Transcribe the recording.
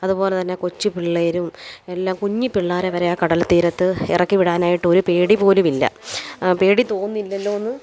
അതുപോലെ തന്നെ കൊച്ചുപിള്ളേരും എല്ലാം കുഞ്ഞി പിള്ളാരെ വരെ ആ കടൽ തീരത്ത് ഇറക്കി വിടാനായിട്ടൊരു പേടിപോലും ഇല്ല പേടി തോന്നില്ലല്ലോന്ന്